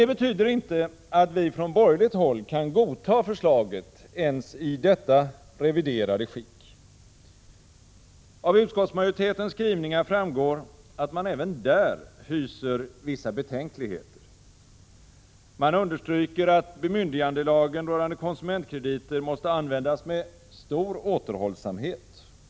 Det betyder inte att vi från borgerligt håll kan godta förslaget ens i detta reviderade skick. Av utskottsmajoritetens skrivningar framgår att man även där hyser vissa betänkligheter. Man understryker att bemyndigandelagen rörande konsumentkrediter måste användas med stor återhållsamhet.